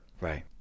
right